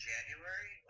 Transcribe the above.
January